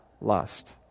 lust